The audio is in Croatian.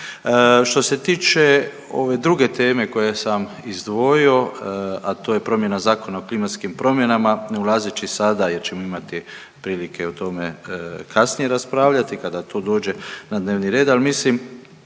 Što se tiče ove druge teme koje sam izdvojio, a to je promjena Zakona o klimatskim promjenama ne ulazeći sada jer ćemo imati prilike o tome kasnije raspravljati kada to dođe na dnevni red, ali mislim